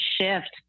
shift